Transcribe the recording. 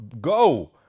go